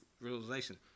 realization